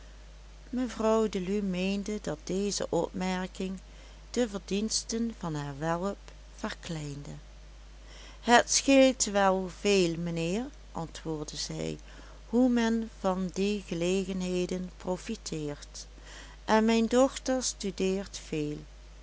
mevrouw deluw meende dat deze opmerking de verdiensten van haar welp verkleinde het scheelt veel mijnheer antwoordde zij hoe men van die gelegenheden profiteert en mijn dochter studeert veel